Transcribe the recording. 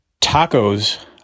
tacos